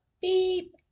beep